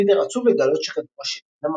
פיטר עצוב לגלות שכדור השלג נמס.